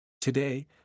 Today